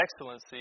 excellency